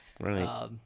right